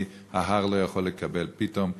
כי ההר לא יכול לקבל פתאום,